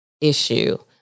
issue